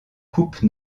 coupe